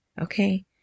Okay